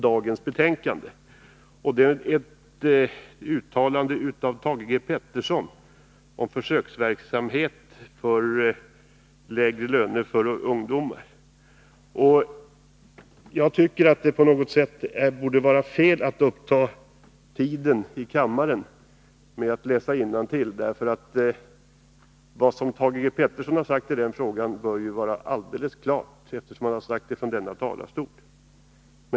Frågan om uttalandet av Thage Peterson om försöksverksamhet med lägre löner för ungdomar hör väl till dagens betänkande. Jag tycker att det är fel att uppta tid i kammaren med att läsa innantill. Vad Thage Peterson har sagt i denna fråga bör ju vara alldeles klart, eftersom han sagt det från denna talarstol.